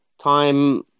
Time